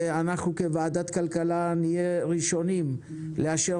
ואנחנו כוועדת כלכלה נהיה ראשונים לאשר